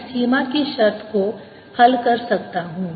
मैं सीमा की शर्त को हल कर सकता हूं